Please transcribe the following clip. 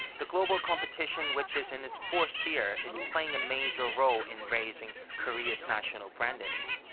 the global competition, which is in it's fourth year, is playing a major role in raising korea's national brand image.